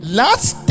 last